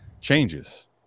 changes